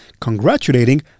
congratulating